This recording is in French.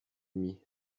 demi